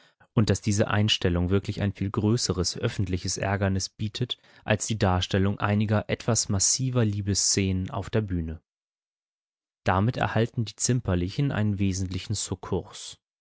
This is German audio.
und daß diese einstellung wirklich ein viel größeres öffentliches ärgernis bietet als die darstellung einiger etwas massiver liebesszenen auf der bühne damit erhalten die zimperlichen einen wesentlichen sukkurs